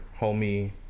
homie